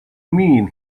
mean